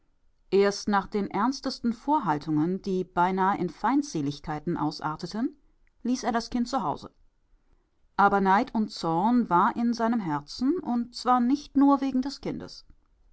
erst nach den ernstesten vorhaltungen die beinahe in feindseligkeiten ausarteten ließ er das kind zu hause aber neid und zorn war in seinem herzen und zwar nicht nur wegen des kindes